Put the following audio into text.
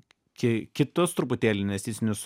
ki kitus truputėlį investicinius